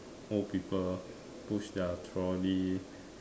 old people push their trolley